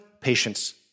Patience